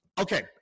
okay